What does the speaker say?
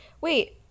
wait